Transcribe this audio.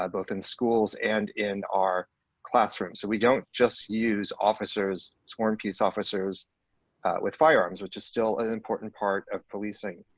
um both in schools and in our classrooms. so we don't just use officers, sworn peace officers with firearms, which is still an important part of policing.